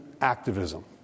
activism